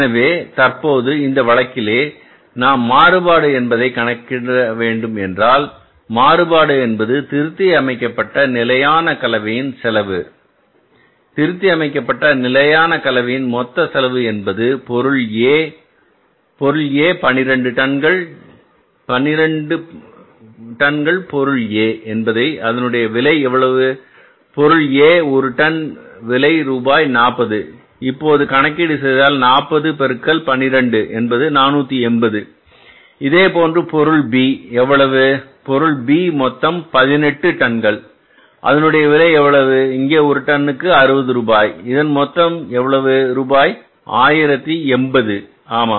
எனவே தற்போது இந்த வழக்கிலே நாம் மாறுபாடு என்பதை கணக்கிட என்றால் மாறுபாடு என்பது திருத்தி அமைக்கப்பட்ட நிலையான கலவையின் செலவு திருத்தியமைக்கப்பட்ட நிலையான கலவையின் மொத்த செலவு என்பது எவ்வளவு பொருள A பொருள A 12 டன்கள் 12 பொருள A என்பதை அதனுடைய விலை எவ்வளவு பொருள A ஒரு டன் ரூபாய் 40 இப்போது கணக்கீடு செய்தால் 40 பெருக்கல் 12 ரூபாய் 480 இதேபோன்று பொருள் B எவ்வளவு பொருள் B மொத்தம் பதினெட்டு டன்கள் அதனுடைய விலை எவ்வளவு இங்கே ஒரு டன்னுக்கு 60 ரூபாய் இது மொத்தம் எவ்வளவு ரூபாய் 1080 ஆமாம்